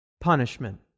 punishment